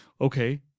okay